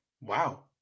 Wow